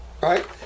Right